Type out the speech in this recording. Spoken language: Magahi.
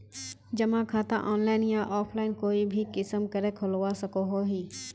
जमा खाता ऑनलाइन या ऑफलाइन कोई भी किसम करे खोलवा सकोहो ही?